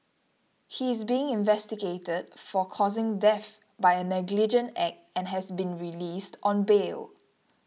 he is being investigated for causing death by a negligent act and has been released on bail